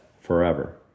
forever